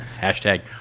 hashtag